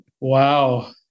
Wow